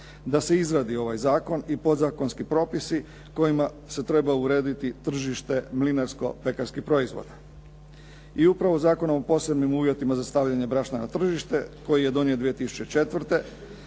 da se izradi ovaj zakon i podzakonski propisi kojima se treba urediti tržište mlinarsko pekarskih proizvoda. I upravo zakonom o posebnim uvjetima za stavljanje brašna na tržište, koji je donijet 2004.